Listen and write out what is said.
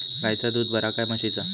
गायचा दूध बरा काय म्हशीचा?